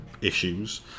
issues